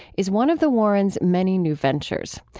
is one of the warrens many new ventures.